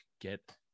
get